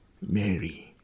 Mary